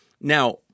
Now